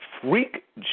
freak